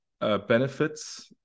benefits